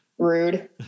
Rude